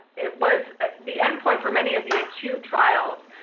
it was the end point for many of the acute trials.